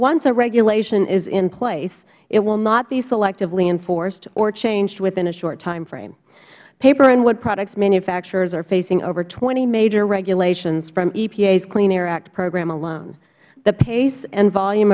once a regulation is in place it will not be selectively enforced or changed within a short time frame paper and wood products manufacturers are facing over twenty major regulations from epa's clean air act program alone the pace and volume